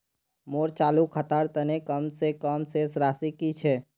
मोर चालू खातार तने कम से कम शेष राशि कि छे?